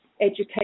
education